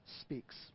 speaks